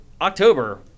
October